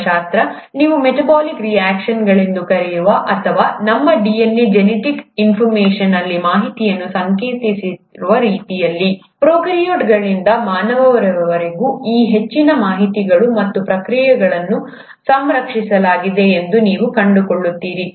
ಜೀವಶಾಸ್ತ್ರ ನೀವು ಮೆಟಬಾಲಿಕ್ ರಿಯಾಕ್ಷನ್ಗಳೆಂದು ಕರೆಯುವ ಅಥವಾ ನಮ್ಮ DNA ಜೆನೆಟಿಕ್ ಇನ್ಫಾರ್ಮಶನ್ ಅಲ್ಲಿ ಮಾಹಿತಿಯನ್ನು ಸಂಕೇತಿಸಿರುವ ರೀತಿಯಲ್ಲಿ ಪ್ರೊಕ್ಯಾರಿಯೋಟ್ಗಳಿಂದ ಮಾನವರವರೆಗೂ ಈ ಹೆಚ್ಚಿನ ಮಾಹಿತಿಗಳು ಮತ್ತು ಪ್ರಕ್ರಿಯೆಗಳನ್ನು ಸಂರಕ್ಷಿಸಲಾಗಿದೆ ಎಂದು ನೀವು ಕಂಡುಕೊಳ್ಳುತ್ತೀರಿ